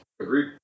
Agreed